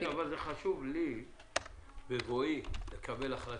זה חשוב לי בבואי לקבל החלטה,